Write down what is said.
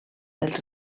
els